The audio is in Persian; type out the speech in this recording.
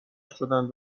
شدند